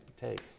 take